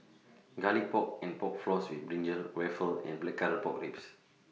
Garlic Pork and Pork Floss with Brinjal Waffle and Blackcurrant Pork Ribs